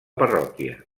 parròquia